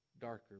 darker